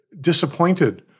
disappointed